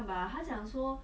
mm